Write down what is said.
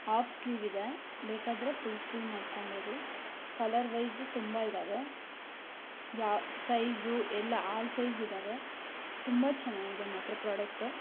of sleeve ಇದೆ ಬೇಕಾದರೆ full sleeve ಮಾಡ್ಕೊಬೋದು ಕಲರ್ ವೈಸು ತುಂಬ ಇದ್ದಾವೆ ಯಾವ ಸೈಜು ಎಲ್ಲ ಆಲ್ ಸೈಜ್ ಇದ್ದಾವೆ ತುಂಬ ಚೆನ್ನಾಗಿದೆ ಮಾತ್ರ ಪ್ರೊಡಕ್ಟು